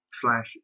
slash